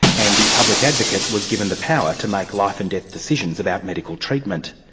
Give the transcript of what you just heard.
and the public advocate was given the power to make life and death decisions about medical treatment.